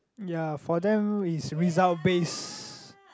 ya for them is result based